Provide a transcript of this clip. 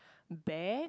bag